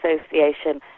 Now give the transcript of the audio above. association